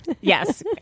Yes